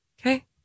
Okay